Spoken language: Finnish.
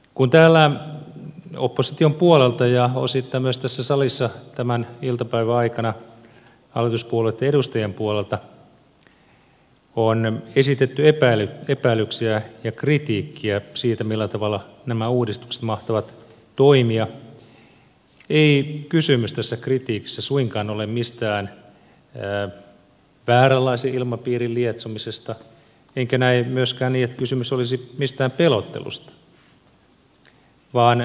kun täällä opposition puolelta ja osittain myös tässä salissa tämän iltapäivän aikana hallituspuolueitten edustajien puolelta on esitetty epäilyksiä ja kritiikkiä siitä millä tavalla nämä uudistukset mahtavat toimia ei kysymys tässä kritiikissä suinkaan ole mistään vääränlaisen ilmapiirin lietsomisesta enkä näe myöskään niin että kysymys olisi mistään pelottelusta vaan aidosta huolesta